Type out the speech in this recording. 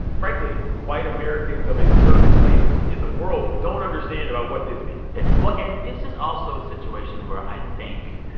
frankly, white americans of a certain place in the world don't understand about what this means yeah well, and this is also a situation where i think,